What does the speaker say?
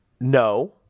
No